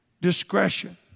Discretion